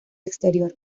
exterior